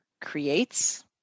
creates